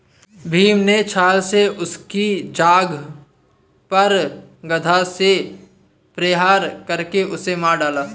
भीम ने छ्ल से उसकी जांघ पर गदा से प्रहार करके उसे मार डाला